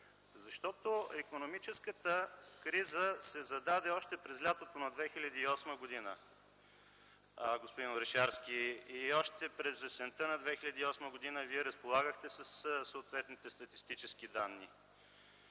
Защото икономическата криза се зададе още през лятото на 2008 г., господин Орешарски, и още през есента на 2008 г. Вие разполагахте със съответните статистически данни,